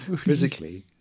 physically